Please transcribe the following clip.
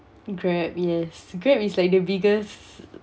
Grab yes Grab is like the biggest